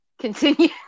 Continue